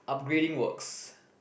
upgrading works